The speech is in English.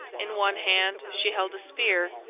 in one hand she held a spear,